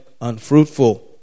unfruitful